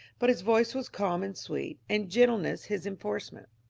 but his voice was calm and sweet, and gentleness his enforcement.